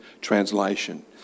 Translation